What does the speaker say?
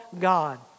God